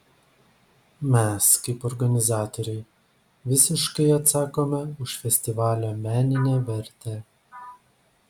mes kaip organizatoriai visiškai atsakome už festivalio meninę vertę